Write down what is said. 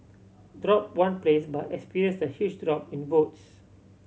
drop one place but experience a huge drop in votes